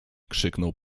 krzyknął